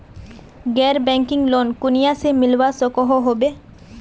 गैर banking loan कुनियाँ से मिलवा सकोहो होबे?